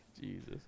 Jesus